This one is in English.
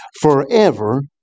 forever